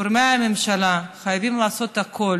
גורמי הממשלה חייבים לעשות הכול